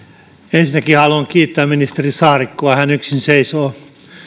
ensinnäkin haluan kiittää ministeri saarikkoa hän yksin seisoo